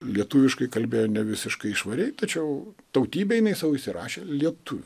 lietuviškai kalbėjo ne visiškai švariai tačiau tautybę jinai sau įsirašė lietuvių